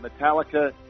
Metallica